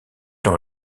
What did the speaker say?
dans